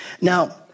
Now